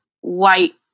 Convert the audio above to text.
white